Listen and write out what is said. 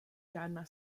žádná